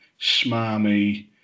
smarmy